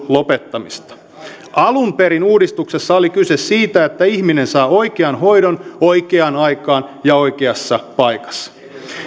lopettamista alun perin uudistuksessa oli kyse siitä että ihminen saa oikean hoidon oikeaan aikaan ja oikeassa paikassa